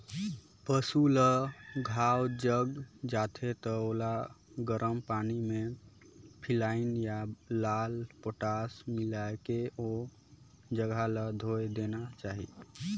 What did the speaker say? पसु ल घांव लग जाथे त ओला गरम पानी में फिनाइल या लाल पोटास मिलायके ओ जघा ल धोय देना चाही